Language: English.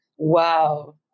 Wow